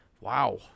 Wow